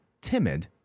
timid